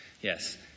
Yes